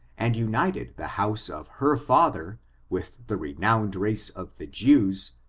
and united the house of her father with the renowned race of the jews,